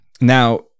Now